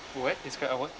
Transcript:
what describe a what